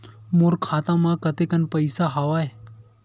मोर खाता म कतेकन पईसा हवय?